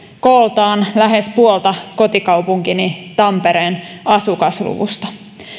kooltaan lähes puolta kotikaupunkini tampereen asukasluvusta